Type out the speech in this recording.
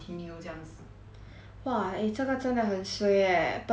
!wah! eh 真的真的很 suay eh but then 他没有算 fail right